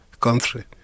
country